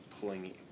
pulling